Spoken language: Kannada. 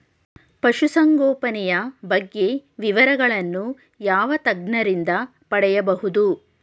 ಪಶುಸಂಗೋಪನೆಯ ಬಗ್ಗೆ ವಿವರಗಳನ್ನು ಯಾವ ತಜ್ಞರಿಂದ ಪಡೆಯಬಹುದು?